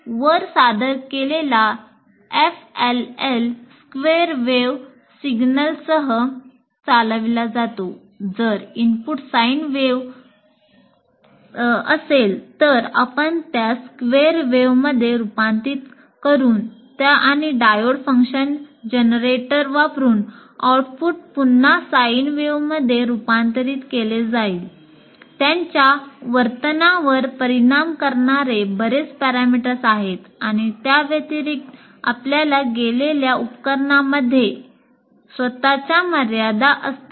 वर सादर केलेला FLL स्क्वेअर वेव्ह सिग्नलसह स्वत च्या मर्यादा असतात